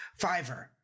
Fiverr